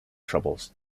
troubles